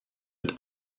mit